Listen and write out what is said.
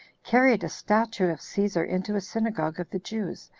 carried a statue of caesar into a synagogue of the jews,